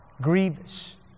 grievous